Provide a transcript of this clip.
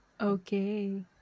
Okay